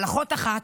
אבל אחות אחת,